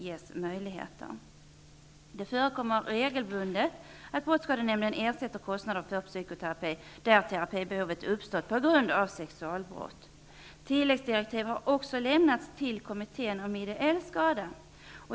Det förekommer regelbundet att brottskadenämnden ersätter kostnader för psykoterapi, där terapibehovet uppstått på grund av sexualbrott. Tilläggsdirektiv har också lämnats till kommittén om ideell skada.